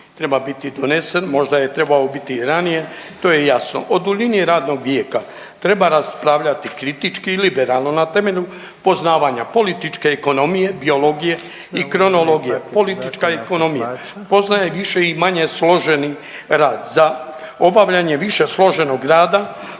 treba biti donesen, možda je trebao biti i ranije, to je jasno. O duljini radnog vijeka treba raspravljati kritički i liberalno na temelju poznavanja političke ekonomije, biologije i kronologije, politička ekonomije, poznaje više i manje složenih za obavljanje više složenog rada,